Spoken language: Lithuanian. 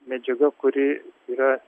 medžiaga kuri yra